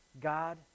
God